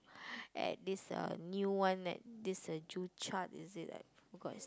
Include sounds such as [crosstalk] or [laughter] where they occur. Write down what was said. [breath] at this uh new one at this uh Joo-Chiat is it I forgot is